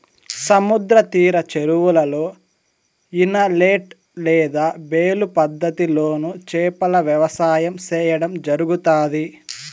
సముద్ర తీర చెరువులలో, ఇనలేట్ లేదా బేలు పద్ధతి లోను చేపల వ్యవసాయం సేయడం జరుగుతాది